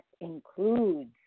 includes